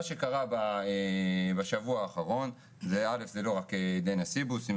מה שקרה בשבוע האחרון זה לא רק דניה סיבוס,